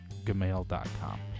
Gmail.com